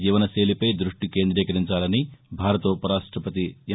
జీవనశైలిపై దృష్టి కేందీకరించాలని భారత ఉపరాష్టపతి ఎం